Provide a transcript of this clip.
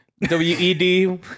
W-E-D